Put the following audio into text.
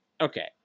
Okay